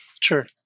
Sure